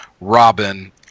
Robin